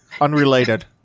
Unrelated